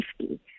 safety